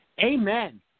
Amen